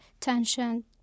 tension